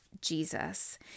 Jesus